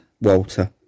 Walter